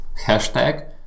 hashtag